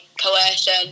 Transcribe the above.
coercion